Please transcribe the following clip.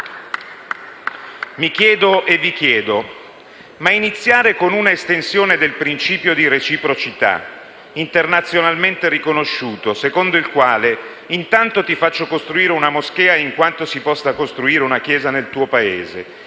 Mi chiedo e vi chiedo, ma iniziare con un'estensione del principio di reciprocità, internazionalmente riconosciuto, secondo il quale intanto ti faccio costruire una moschea, in quanto si possa costruire una chiesa nel tuo Paese,